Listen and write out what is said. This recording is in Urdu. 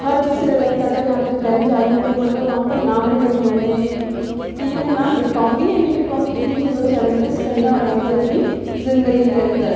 ہر چیز سے ڈر لگتا تھا یہاں تک کہ بینک جا رہی ہوں تو مطلب وہاں پر نام بھی لکھنے میں کہ میں نام لکھ پاؤں گی یا نہیں لکھ پاؤں گی اتنی چیزوں کا چیلنجیز کرنا پڑا مجھے اپنی زندگی کے اندر